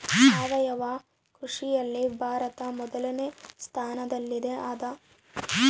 ಸಾವಯವ ಕೃಷಿಯಲ್ಲಿ ಭಾರತ ಮೊದಲನೇ ಸ್ಥಾನದಲ್ಲಿ ಅದ